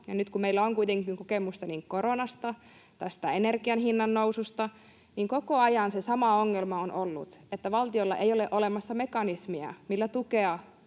Nyt, kun meillä on kuitenkin kokemusta niin koronasta kuin tästä energian hinnannoususta, niin koko ajan se sama ongelma on ollut, että valtiolla ei ole olemassa mekanismia, millä tukea